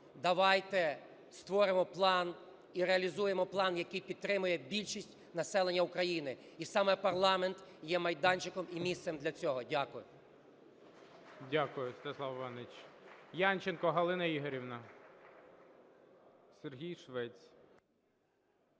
Давайте створимо план і реалізуємо план, який підтримає більшість населення України, і саме парламент є майданчиком і місцем для цього. Дякую. ГОЛОВУЮЧИЙ. Дякую, Святослав Іванович. Янченко Галина Ігорівна. Сергій Швець.